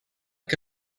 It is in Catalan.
que